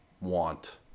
want